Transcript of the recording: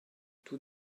tout